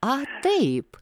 a taip